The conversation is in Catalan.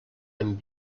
hem